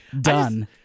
done